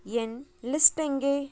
என் list எங்கே